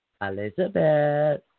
Elizabeth